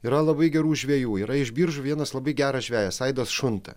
yra labai gerų žvejų yra iš biržų vienas labai geras žvejas aidas šunta